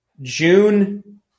June